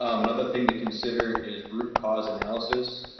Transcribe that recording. um another thing to consider is root cause analysis.